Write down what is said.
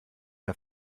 der